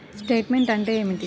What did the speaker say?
Statement అంటే ఏమిటి?